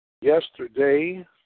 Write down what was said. yesterday